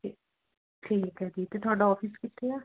ਠੀ ਠੀਕ ਹੈ ਜੀ ਅਤੇ ਤੁਹਾਡਾ ਆਫਿਸ ਕਿੱਥੇ ਆ